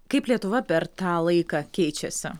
kaip lietuva per tą laiką keičiasi